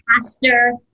pastor